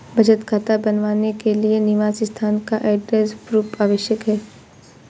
बचत खाता बनवाने के लिए निवास स्थान का एड्रेस प्रूफ आवश्यक है